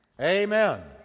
amen